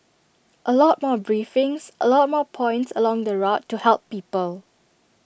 A lot more briefings A lot more points along the route to help people